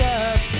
up